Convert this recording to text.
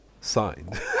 signed